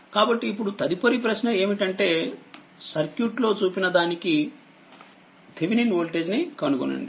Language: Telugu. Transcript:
కాబట్టిఇప్పుడు తదుపరి ప్రశ్న ఏమిటంటే సర్క్యూట్లో చూపిన దానికి థేవినిన్ వోల్టేజ్ ని కనుగొనండి